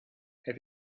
have